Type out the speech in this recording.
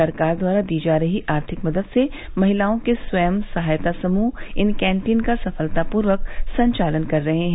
सरकार द्वारा दी जा रही आर्थिक मदद से महिलाओं के स्वयं सहायता समूह इन कैंटीन का सफलतापूर्वक संचालन कर रहे हैं